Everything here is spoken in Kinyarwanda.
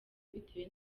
bitewe